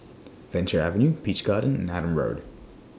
Venture Avenue Peach Garden and Adam Road